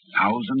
thousand